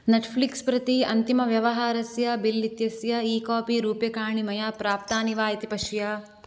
Netflix प्रति अन्तिमव्यवहारस्य bill इत्यस्य ई कापी रूप्यकाणि मया प्राप्तानि वा इति पश्य